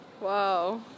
Wow